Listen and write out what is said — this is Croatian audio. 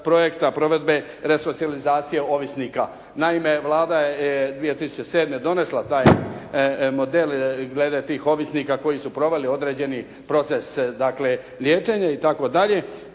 provedbe resocijalizacije ovisnika. Naime, Vlada je 2007. donesla taj model glede tih ovisnika koji su proveli određeni proces dakle liječenje itd.